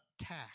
attack